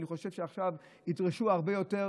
אני חושב שעכשיו ידרשו הרבה יותר.